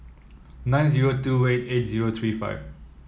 nine zero two eight eight zero three five